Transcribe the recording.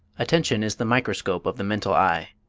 attention is the microscope of the mental eye.